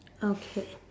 okay